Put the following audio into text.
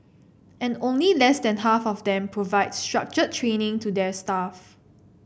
and only less than half of them provide structured training to their staff